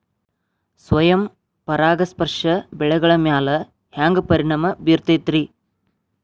ಸ್ವಯಂ ಪರಾಗಸ್ಪರ್ಶ ಬೆಳೆಗಳ ಮ್ಯಾಲ ಹ್ಯಾಂಗ ಪರಿಣಾಮ ಬಿರ್ತೈತ್ರಿ?